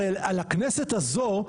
הרי על הכנסת הזאת,